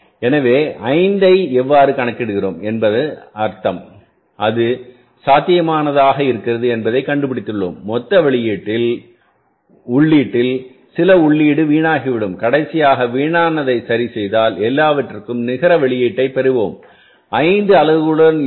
எனவே 5 ஐ எவ்வாறு கணக்கிடுகிறோம் என்பதன் அர்த்தம் அது சாத்தியமானதாக இருக்கின்றது என்பதைக் கண்டுபிடித்துள்ளோம் மொத்த உள்ளீட்டில் சில உள்ளீடு வீணாகிவிடும் கடைசியாகவீணாக சரிசெய்தால் எல்லாவற்றிற்கும் நிகர வெளியீட்டைப் பெறுவோம் 5 அலகுகளுடன் இருக்கும்